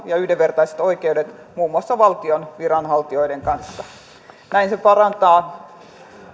ja yhdenvertaiset oikeudet muun muassa valtion viranhaltijoiden kanssa näin se parantaa